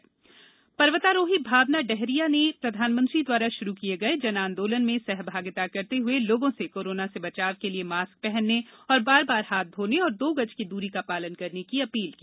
जन आंदोलन पर्वतारोही भावना डेहरिया ने प्रधानमंत्री द्वारा शुरू किये गए जन आंदोलन में सहभागिता करते हुए लोगों से कोरोना से बचाव के लिए मास्क पहनने और बार बार हाथ धोने और दो गज की दूरी का पालन करने की अपील की